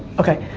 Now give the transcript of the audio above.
okay,